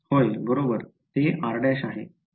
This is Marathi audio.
होय बरोबर ते r' आहे